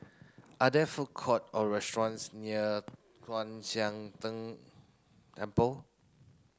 are there food court or restaurants near Kwan Siang Tng Temple